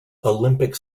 olympic